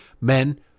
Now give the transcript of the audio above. men